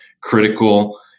Critical